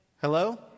Hello